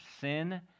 sin